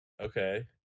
okay